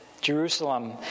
Jerusalem